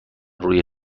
روی